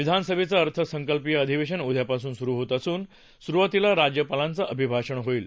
विधानसभेचं अर्थसंकल्पीय अधिवेशन उद्यापासून सुरु होत असून सुरुवातीला राज्यपालांचं अभिभाषण होईल